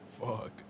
Fuck